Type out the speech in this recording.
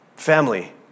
Family